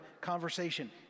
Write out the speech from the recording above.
conversation